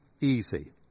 easy